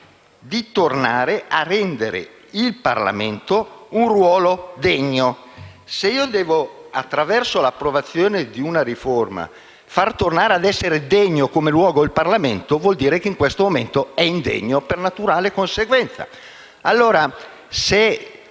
di tornare a rendere il Parlamento un luogo degno». Se devo, attraverso l'approvazione di una riforma, far tornare ad essere degno, come luogo, il Parlamento, vuol dire che in questo momento è indegno per naturale conseguenza.